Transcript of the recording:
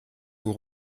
vous